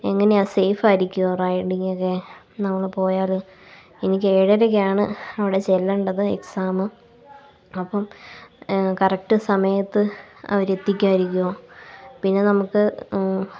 എങ്ങനെ സേഫായിരിക്കുമോ റൈഡിങ്ങൊക്കെ നമ്മള് പോയാൽ എനിക്ക് ഏഴരയ്ക്കാണ് അവിടെ ചെല്ലണ്ടത് എക്സാം അപ്പം കറക്റ്റ് സമയത്ത് അവര് എത്തിക്കുവായിരിക്കുമോ പിന്നെ നമുക്ക്